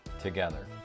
together